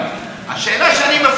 השאלה שאני מפנה אלייך,